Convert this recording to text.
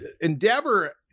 Endeavor